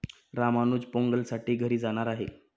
रामानुज पोंगलसाठी घरी जाणार आहे